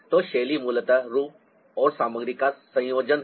तो शैली मूलतः रूप और सामग्री का संयोजन है